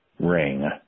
ring